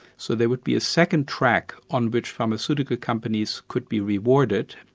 so there would be a second track on which pharmaceutical companies could be rewarded,